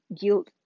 guilt